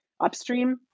upstream